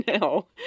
No